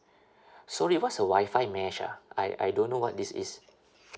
sorry what's a wi-fi mesh ah I I don't know what this is